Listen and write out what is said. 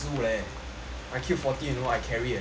I killed forty you know I carry eh